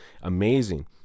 Amazing